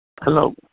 hello